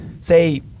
say